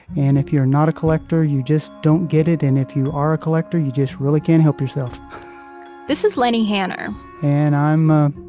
and if you're not a collector, you just don't get it and if you are a collector, you just really can't help yourself this is lennie hanner and i'm a